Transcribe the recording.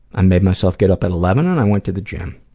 i made myself get up at eleven and i went to the gym.